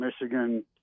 Michigan